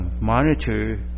monitor